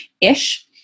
ish